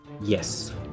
yes